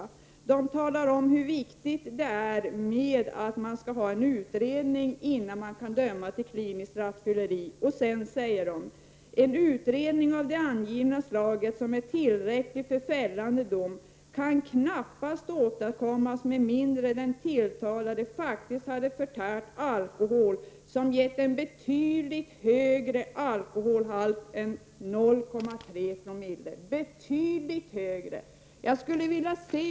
Lagrådet talar om hur viktigt det är med en utredning innan man dömer för kliniskt rattfylleri. Lagrådet skriver vidare att en utredning av det angivna slaget som är tillräckligt för fällande dom knappast kan åstadkommas med mindre än att den tilltalade faktiskt har förtärt alkohol som ger en betydligt högre alkoholhalt än 0,3 Ze. Alltså säger man: betydligt högre.